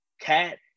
cat